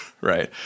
Right